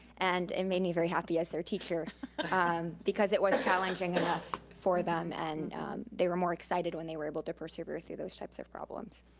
and it made me very happy as their teacher because it was challenging enough for them and they were more excited when they were able to persevere through those types of problems.